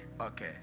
okay